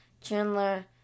Chandler